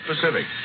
Pacific